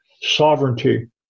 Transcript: sovereignty